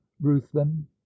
ruthven